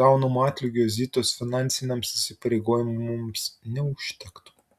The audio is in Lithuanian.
gaunamo atlygio zitos finansiniams įsipareigojimams neužtektų